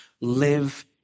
Live